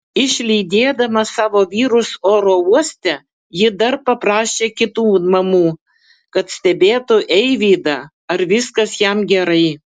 išlydėdama savo vyrus oro uoste ji dar paprašė kitų mamų kad stebėtų eivydą ar viskas jam gerai